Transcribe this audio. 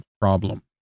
problem